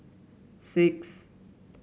six